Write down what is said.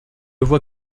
vois